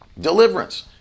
Deliverance